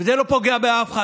וזה לא פוגע באף אחד.